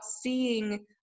seeing